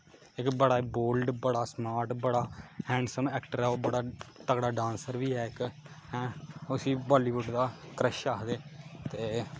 इक बड़ा बोल्ड बड़ा स्मार्ट बड़ा हैंडसम ऐक्टर ऐ ओह् बड़ा तगड़ा डांसर बी ऐ इक ऐं उसी बालीबुड दा क्रश आखदे ते